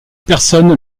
personne